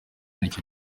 nicyo